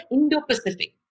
Indo-Pacific